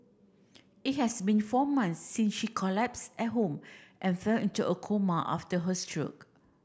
it has been four months since she collapsed at home and fell into a coma after her stroke